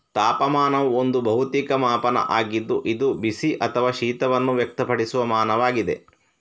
ತಾಪಮಾನವು ಒಂದು ಭೌತಿಕ ಮಾಪನ ಆಗಿದ್ದು ಇದು ಬಿಸಿ ಅಥವಾ ಶೀತವನ್ನು ವ್ಯಕ್ತಪಡಿಸುವ ಮಾನವಾಗಿದೆ